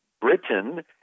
Britain